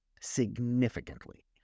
significantly